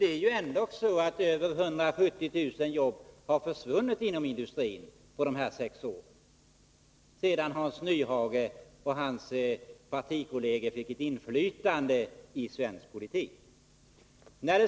Det är ju ändock så att över 170 000 jobb har försvunnit inom industrin under de sex år som Hans Nyhage och hans partikolleger haft inflytande i svensk politik.